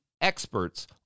experts